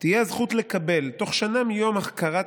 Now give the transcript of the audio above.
אינו נוכח האם יש מישהו מחברי או חברות